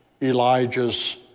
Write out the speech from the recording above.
Elijah's